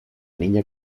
niña